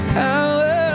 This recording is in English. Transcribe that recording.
power